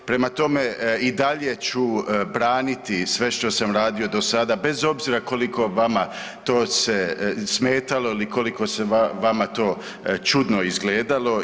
Prema tome, i dalje ću braniti sve što sam radio do sada, bez obzira koliko vama to smetalo ili koliko se vama to čudno izgledalo.